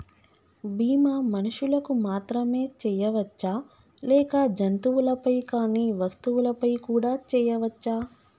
బీమా మనుషులకు మాత్రమే చెయ్యవచ్చా లేక జంతువులపై కానీ వస్తువులపై కూడా చేయ వచ్చా?